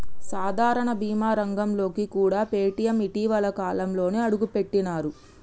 సాధారణ బీమా రంగంలోకి కూడా పేటీఎం ఇటీవలి కాలంలోనే అడుగుపెట్టినరు